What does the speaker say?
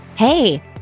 Hey